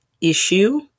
issue